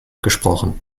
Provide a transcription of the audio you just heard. gesprochen